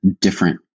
different